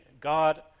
God